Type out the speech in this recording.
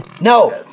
No